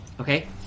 Okay